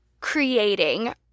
creating